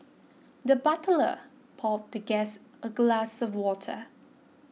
the butler poured the guest a glass of water